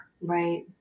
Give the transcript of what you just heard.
Right